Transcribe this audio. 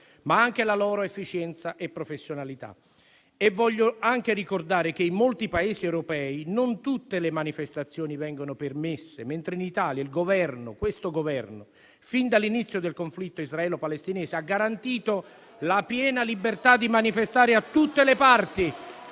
ma anche la loro efficienza e professionalità. Voglio anche ricordare che in molti Paesi europei non tutte le manifestazioni vengono permesse, mentre in Italia l'attuale Governo, fin dall'inizio del conflitto israelo-palestinese, ha garantito la piena libertà di manifestare a tutte le parti,